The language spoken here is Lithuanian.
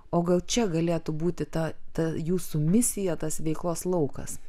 o gal čia galėtų būti ta ta jūsų misija tas veiklos laukas